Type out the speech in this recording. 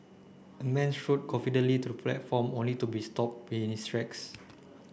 a man strode confidently to the platform only to be stop in his tracks